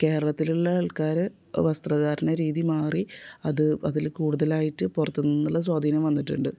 കേരളത്തിലുള്ള ആൾക്കാർ വസ്ത്രധാരണ രീതി മാറി അത് അതിൽ കൂടുതലായിട്ട് പുറത്ത് നിന്നുള്ള സ്വാധീനം വന്നിട്ടുണ്ട്